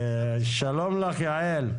שלום לך, יעל.